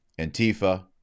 Antifa